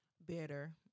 better